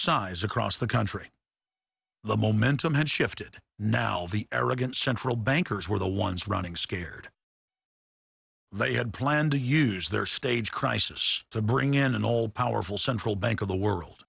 size across the country the momentum had shifted now the arrogant central bankers were the ones running scared they had planned to use their stage crisis to bring in an all powerful central bank of the world